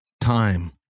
Time